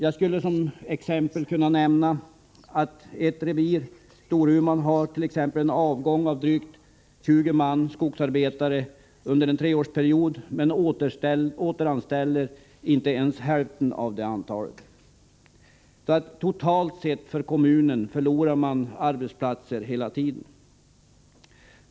Jag kan som exempel nämna att ett revir som Storuman har en avgång på drygt 20 skogsarbetare under en treårsperiod, men inte ens hälften av det antalet återanställs. Kommunen förlorar totalt sett hela tiden arbetsplatser.